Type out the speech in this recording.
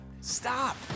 Stop